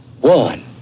one